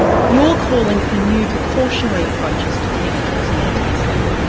you're calling for new precautionary approaches to chemicals and their testing,